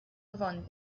gewonnen